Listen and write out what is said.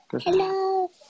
Hello